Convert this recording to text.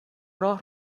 راه